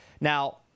now